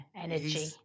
energy